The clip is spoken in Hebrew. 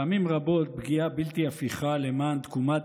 פעמים רבות פגיעה בלתי הפיכה למען תקומת